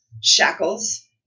shackles